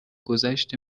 گذشت